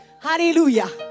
Hallelujah